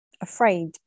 afraid